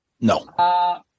No